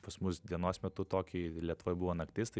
pas mus dienos metu tokijuj lietuvoj buvo naktis tai